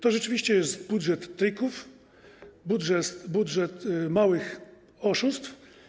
To rzeczywiście jest budżet trików, budżet małych oszustw.